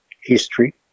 history